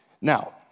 Now